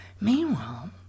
Meanwhile